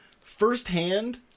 firsthand